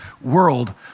world